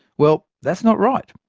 well, that's not right.